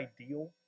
ideal